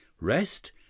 rest